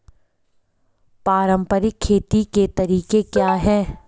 पारंपरिक खेती के तरीके क्या हैं?